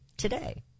today